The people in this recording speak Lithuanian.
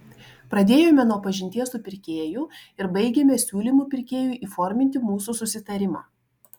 pradėjome nuo pažinties su pirkėju ir baigėme siūlymu pirkėjui įforminti mūsų susitarimą